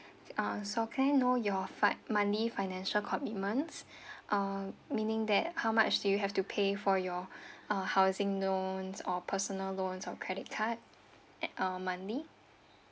uh so can I know your fin~ money financial commitments uh meaning that how much do you have to pay for your uh housing loans or personal loans or credit card at uh monthly